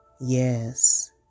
Yes